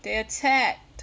they attacked